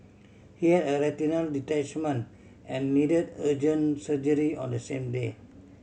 he had a retinal detachment and needed urgent surgery on the same day